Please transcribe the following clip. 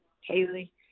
Haley